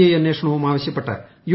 I അന്വേഷണവും ആവശ്യപ്പെട്ട് U